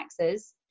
taxes